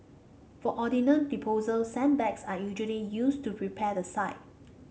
for ordnance disposal sandbags are usually used to prepare the site